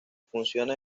funciona